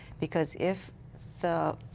because if the,